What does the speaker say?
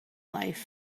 life